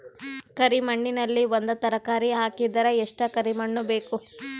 ಕರಿ ಮಣ್ಣಿನಲ್ಲಿ ಒಂದ ತರಕಾರಿ ಹಾಕಿದರ ಎಷ್ಟ ಕರಿ ಮಣ್ಣು ಬೇಕು?